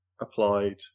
applied